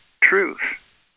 truth